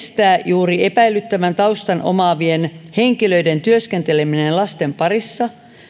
estää juuri epäilyttävän taustan omaavien henkilöiden työskenteleminen lasten parissa